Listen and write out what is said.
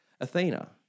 Athena